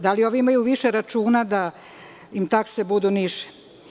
Da li oni imaju više računa da im takse budu niže?